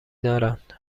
دارند